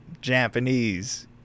Japanese